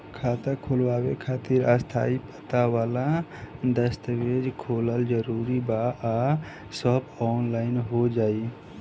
खाता खोलवावे खातिर स्थायी पता वाला दस्तावेज़ होखल जरूरी बा आ सब ऑनलाइन हो जाई?